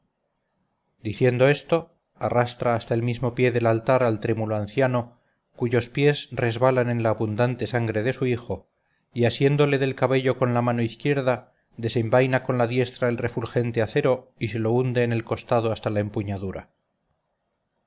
diciendo arrastra hasta el mismo pie del altar al trémulo anciano cuyos pies resbalan en la abundante sangre de su hijo y asiéndole del cabello con la mano izquierda desenvaina con la diestra el refulgente acero y se lo hunde en el costado hasta la empuñadura